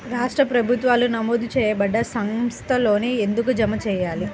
రాష్ట్ర ప్రభుత్వాలు నమోదు చేయబడ్డ సంస్థలలోనే ఎందుకు జమ చెయ్యాలి?